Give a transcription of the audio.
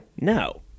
No